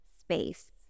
space